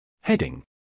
Heading